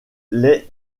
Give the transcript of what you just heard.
les